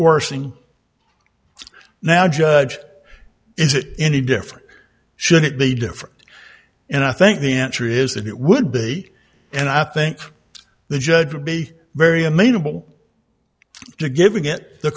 worsening now judge is it any different should it be different and i think the answer is that it would be and i think the judge would be very amenable you're giving it the